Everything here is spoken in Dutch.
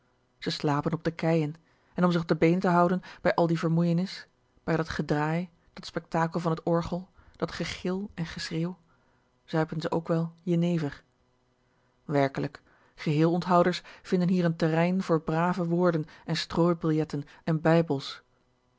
ze slapen op de keien en om zich op de been te houden bij al die vermoeienis bij dat gedraai dat spektakel van het orgel dat gegil en geschreeuw zuipen ze ook wel jenever werklijk geheel onthouders vinden hier n terrein voor brave woorden en strooibiljetten en bijbels